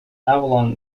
avalon